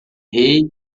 rei